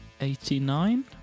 Eighty-nine